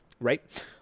Right